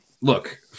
Look